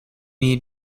need